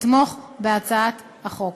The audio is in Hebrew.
לתמוך בהצעת החוק.